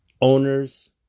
Owners